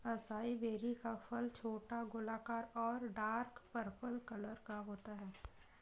acai berry का फल छोटा, गोलाकार और डार्क पर्पल कलर का होता है